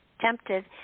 tempted